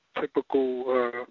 typical